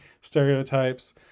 stereotypes